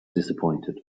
disappointed